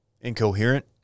incoherent